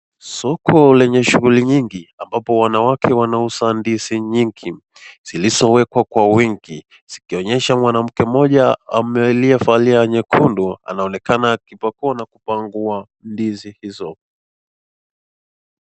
Soko lenye shughuli nyingi ambapo wanawake wanauza ndizi nyingi zilizowekwa kwa wingi. Zikionyesha mwanamke mmoja aliyevaa nguo nyekundu anaonekana akipakua na kupangua ndizi hizo.